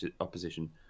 opposition